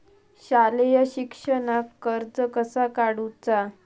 शालेय शिक्षणाक कर्ज कसा काढूचा?